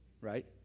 right